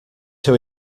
too